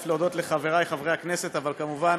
להודות לחברי חברי הכנסת, אבל כמובן